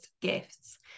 gifts